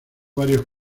varios